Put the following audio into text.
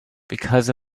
because